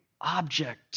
object